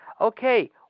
Okay